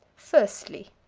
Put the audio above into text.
firstly.